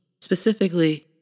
specifically